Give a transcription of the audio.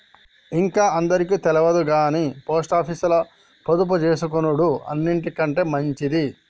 ఇంక అందరికి తెల్వదుగని పోస్టాపీసుల పొదుపుజేసుకునుడు అన్నిటికంటె మంచిది